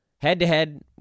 Head-to-head